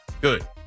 Good